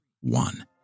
One